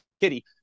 Kitty